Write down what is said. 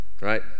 Right